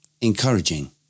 encouraging